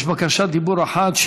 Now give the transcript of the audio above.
יש בקשת דיבור אחת,